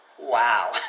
Wow